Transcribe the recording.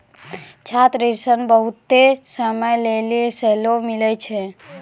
छात्र ऋण बहुते समय लेली सेहो मिलै छै